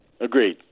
Agreed